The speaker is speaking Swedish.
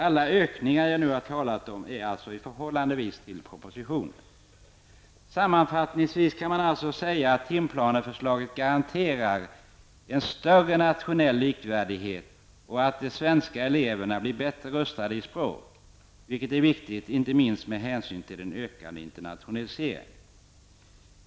Alla de ökningar som jag nu talat om är i förhållande till propositionens förslag. Sammanfattningsvis kan man säga att timplaneförslaget garanterar en större nationell likvärdighet. De svenska eleverna blir bättre rustade i språk, vilket är viktigt inte minst med hänsyn till den ökande internationaliseringen.